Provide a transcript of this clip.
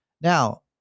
now